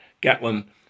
Gatlin